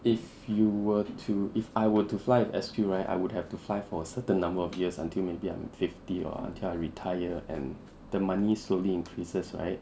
if you were to if I were to fly with S_Q right I would have to fly for a certain number of years until maybe I'm fifty or until I retire and the money slowly increases right